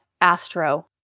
Astro